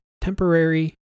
temporary